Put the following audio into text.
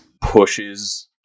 pushes